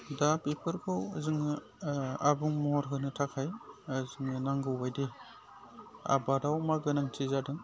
दा बेफोरखौ जोङो आबुं महर होनो थाखाय जोंनो नांगौ बायदि आबादाव मा गोनांथि जादों